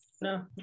no